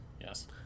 Yes